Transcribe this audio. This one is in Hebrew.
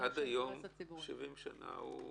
עד היום במשך 70 שנה הוא